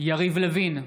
יריב לוין,